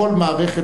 נכון לעכשיו.